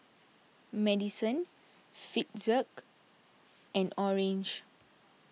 Madison Fitzhugh and Orange